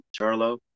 Charlo